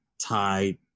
tied